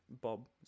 Bob